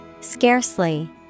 scarcely